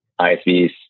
ISVs